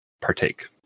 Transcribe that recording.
partake